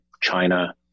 China